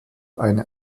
eine